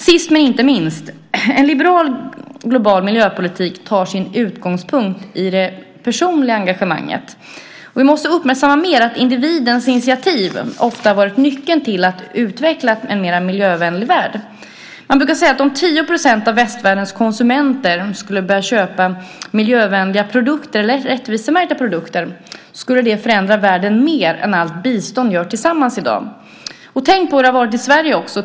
Sist men inte minst tar en liberal global miljöpolitik sin utgångspunkt i det personliga engagemanget. Vi måste uppmärksamma mer att individens initiativ ofta varit nyckeln till att det utvecklats en mer miljövänlig värld. Man brukar säga att om 10 % av västvärldens konsumenter skulle börja köpa miljövänliga produkter eller rättvisemärkta produkter skulle det förändra världen mer än allt bistånd gör tillsammans i dag. Tänk också på hur det har varit i Sverige.